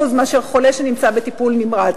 מהסיכוי של חולה שנמצא בטיפול נמרץ.